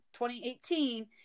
2018